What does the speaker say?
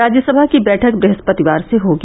राज्यसभा की बैठक ब्रहस्पतिवार से होगी